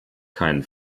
keinen